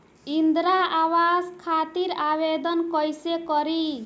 इंद्रा आवास खातिर आवेदन कइसे करि?